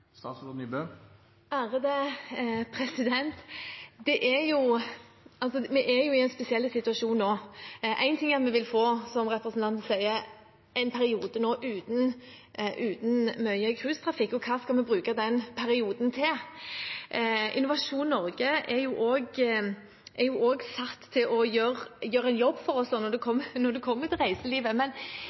Vi er i en spesiell situasjon nå. Én ting er at vi vil få, som representanten Pollestad sa, en periode uten mye cruisetrafikk, og hva skal vi bruke den perioden til? Innovasjon Norge er satt til å gjøre en jobb for oss når det gjelder reiselivet. Men å stå her nå og si akkurat hvordan dette blir framover, synes jeg er litt vanskelig. Nå har regjeringen kalt inn ulike bransjer til